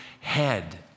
head